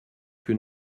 que